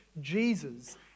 Jesus